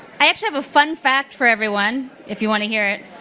i actually have a fun fact for everyone if you want to hear it.